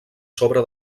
sobre